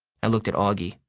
i looked at auggie.